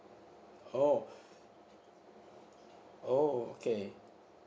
oh oh okay